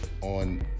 on